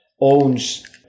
owns